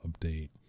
update